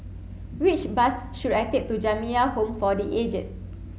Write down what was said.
which bus should I take to Jamiyah Home for the Aged